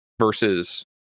versus